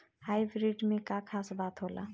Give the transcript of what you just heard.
Hybrid में का खास बात होला?